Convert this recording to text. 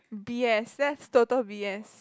B S that's total B S